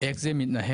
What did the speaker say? איך זה מתנהל?